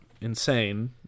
insane